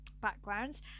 backgrounds